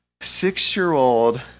six-year-old